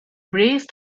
braced